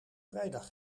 vrijdag